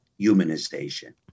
humanization